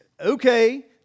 okay